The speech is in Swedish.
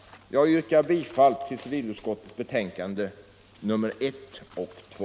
Jag yrkar bifall till utskottets hemställan i civilutskottets betänkanden nr 1 och 2.